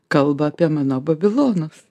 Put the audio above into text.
kalba apie mano babilonus